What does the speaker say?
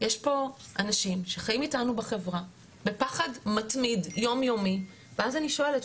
יש פה אנשים שחיים איתנו בחברה בפחד מתמיד יום-יומי ואז אני שואלת,